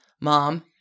Mom